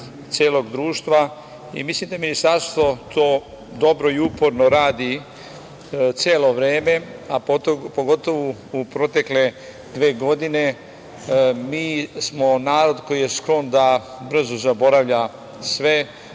celog društva i mislim da ministarstvo to dobro i uporno radi sve vreme, a pogotovo u protekle dve godine. Mi smo narod koji je sklon da brzo zaboravlja sve.